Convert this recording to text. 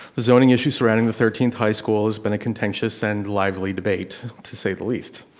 the zoning issue surrounding the thirteenth high school has been a contentious and lively debate to say the least.